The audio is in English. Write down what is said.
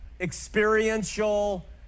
experiential